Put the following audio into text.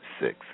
six